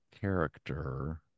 character